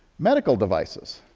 medical devices.